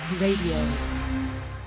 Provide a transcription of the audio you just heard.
radio